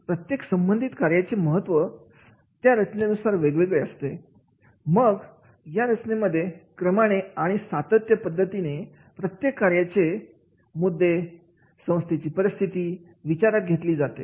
आणि प्रत्येक संबंधित कार्याचे महत्त्व त्या रचनेनुसार वेगवेगळे असते मग या रचनेमध्ये क्रमाने आणि सातत्य पद्धतीने प्रत्येक कार्याचे मुद्दे आणि संस्थेची परिस्थिती विचारात घेतली जाते